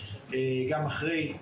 גם אחרי,